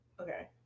Okay